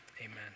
Amen